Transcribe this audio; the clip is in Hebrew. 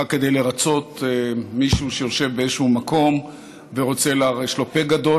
רק כדי לרצות מישהו שיושב באיזשהו מקום ויש לו פה גדול